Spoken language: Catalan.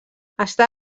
està